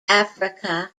africa